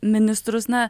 ministrus na